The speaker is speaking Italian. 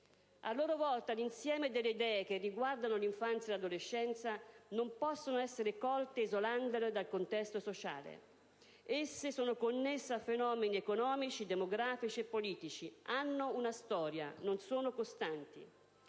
A loro volta l'insieme delle idee che riguardano l'infanzia e l'adolescenza non possono essere colte isolandole dal contesto sociale. Esse sono connesse ai fenomeni economici, demografici, politici; hanno una storia, non sono costanti.